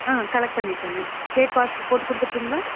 ஆ collect பண்ணிவிட்டங்க gate pass போட்டு கொடுத்துட்டுங்களா